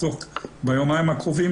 ביומיים הקרובים,